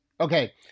Okay